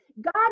God